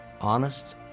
honest